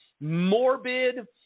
morbid